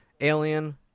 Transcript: alien